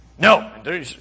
No